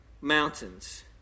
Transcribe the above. mountains